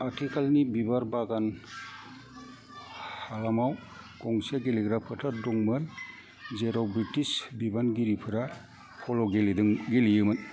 आथिखालनि बिबार बागान हालामाव गंसे गेलेग्रा फोथार दंमोन जेराव बृटिश बिबानगिरिफोरा पल' गेलेयोमोन